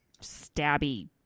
stabby